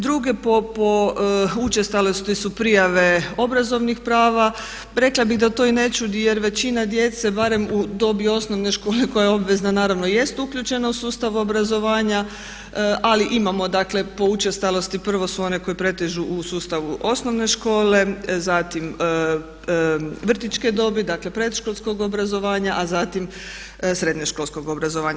Druge po učestalosti su prijave obrazovanih prava, rekla bih da to i ne čudi jer većina djece barem u dobi osnovne škole koja je obvezna naravno jest uključena u sustav obrazovanja ali imamo dakle po učestalosti prvo su one koje pretežu u sustavu osnovne škole, zatim vrtićke dobi, dakle predškolskog obrazovanja a zatim srednjoškolskog obrazovanja.